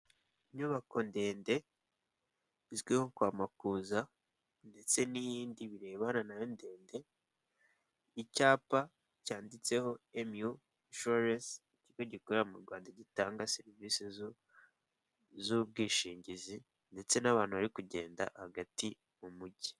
Inyubako ndende izwi nko kwa Makuza ndetse n'iyindi birebana nayo ndende, icyapa cyanditseho emu yu inshuwarensi, ikigo gikorera mu Rwanda gitanga serivisi z'ubwishingizi ndetse n'abantu bari kugenda hagati mu mujyi.